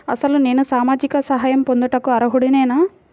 అసలు నేను సామాజిక సహాయం పొందుటకు అర్హుడనేన?